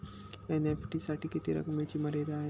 NEFT साठी किती रकमेची मर्यादा आहे?